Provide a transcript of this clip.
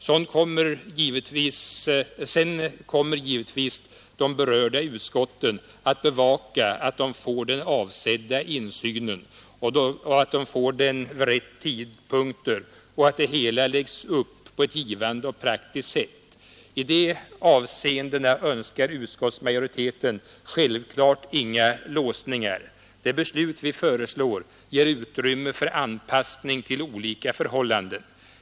Sedan kommer givetvis de berörda utskotten att bevaka att de får den avsedda insynen, att de får den vid rätta tidpunkter och att det hela läggs upp på ett givande och praktiskt sätt. I de avseendena önskar utskottsmajoriteten självklart inga låsningar. Det beslut vi föreslår ger utrymme för anpassning till olika förhållanden.